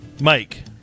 Mike